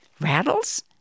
Rattles